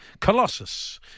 Colossus